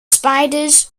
spiders